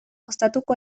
ostatuko